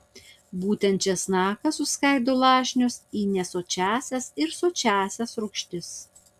būtent česnakas suskaido lašinius į nesočiąsias ir sočiąsias rūgštis